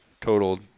total